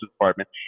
department